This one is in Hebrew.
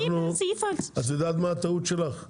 בסעיף ה- -- את יודעת מה הטעות שלך?